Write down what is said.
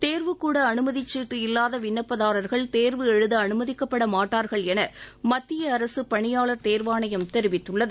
தேர்வுக்கூட அனுமதிச் சீட்டு இல்லாத விண்ணப்பதாரர்கள் தேர்வு எழுத அனுமதிக்கப்பட மாட்டார்கள் என மத்திய அரசுப் பணியாளர் தேர்வாணையம் தெரிவித்துள்ளது